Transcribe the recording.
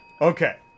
Okay